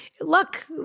Look